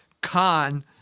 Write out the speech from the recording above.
Khan